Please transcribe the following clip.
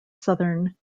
southern